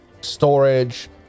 storage